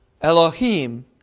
Elohim